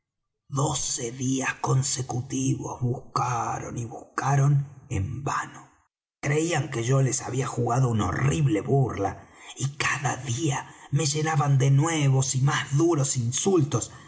doce días consecutivos buscaron y buscaron en vano creían que yo les había jugado una horrible burla y cada día me llenaban de nuevos y más duros insultos